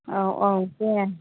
औ औ दे